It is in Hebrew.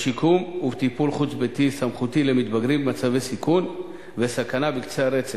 בשיקום ובטיפול חוץ-ביתי סמכותי למתבגרים במצבי סיכון וסכנה בקצה הרצף,